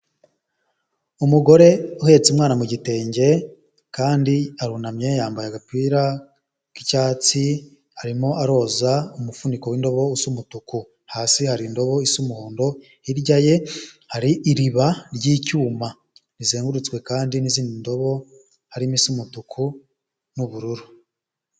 Umugore uhetse umwana mu gitenge kandi arunamye yambaye agapira k'icyatsi arimo aroza umufuniko w'indobo isa umutuku, hasi hari indobo isa umuhondo, hirya ye hari iriba ry'icyuma rizengurutswe kandi n'izindi ndobo harimo isa umutuku n'ubururu.